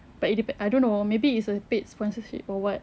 but it depen~ I don't know maybe it's a paid sponsorship or what